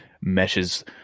meshes